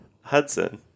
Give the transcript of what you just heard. Hudson